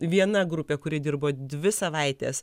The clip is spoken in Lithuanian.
viena grupė kuri dirbo dvi savaites